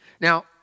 Now